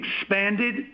expanded